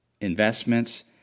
investments